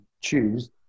choose